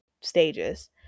stages